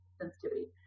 sensitivity